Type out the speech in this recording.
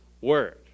word